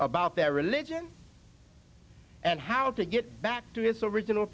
about their religion and how to get back to its original